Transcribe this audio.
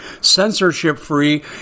censorship-free